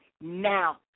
now